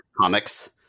comics